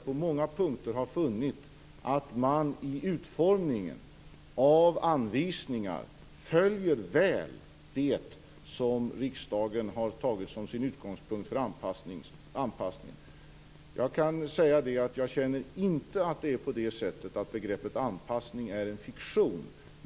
På många punkter har jag funnit att man i utformningen av anvisningar väl följer det som riksdagen har tagit som sin utgångspunkt för anpassningen. Jag känner inte att begreppet anpassning är en fiktion.